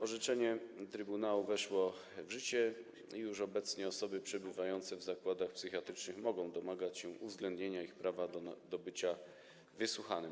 Orzeczenie trybunału weszło w życie i już obecnie osoby przebywające w zakładach psychiatrycznych mogą domagać się uwzględnienia ich prawa do bycia wysłuchanym.